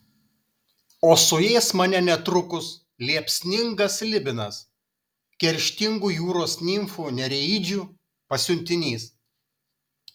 o suės mane netrukus liepsningas slibinas kerštingų jūros nimfų nereidžių pasiuntinys